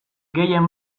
gehien